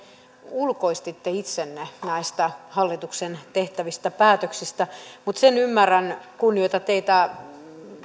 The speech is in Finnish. ulkoistitte itsenne näistä hallituksen tekemistä päätöksistä mutta sen ymmärrän kunnioitan teitä